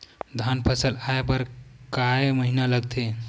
धान फसल आय बर कय महिना लगथे?